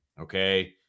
okay